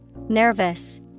Nervous